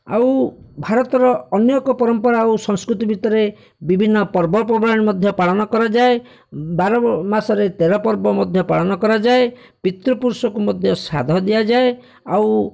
ଆଉ ଭାରତର ଅନ୍ୟ ଏକ ପରମ୍ପରା ଆଉ ସଂସ୍କୃତି ଭିତରେ ବିଭିନ୍ନ ପର୍ବପର୍ବାଣି ମଧ୍ୟ ପାଳନ କରାଯାଏ ବାର ମାସରେ ତେର ପର୍ବ ମଧ୍ୟ ପାଳନ କରାଯାଏ ପିତୃ ପୁରୁଷଙ୍କୁ ମଧ୍ୟ ଶ୍ରାଦ୍ଧ ଦିଆଯାଏ ଆଉ